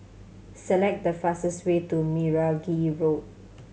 select the fastest way to Meragi Road